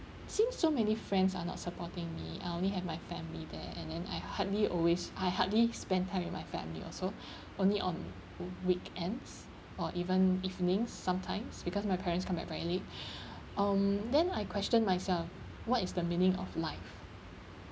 since so many friends are not supporting me I only have my family there and then I hardly always I hardly spend time with my family also only on weekends or even evening sometimes because my parents come back very late um then I question myself what is the meaning of life